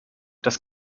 das